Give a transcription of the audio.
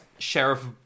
Sheriff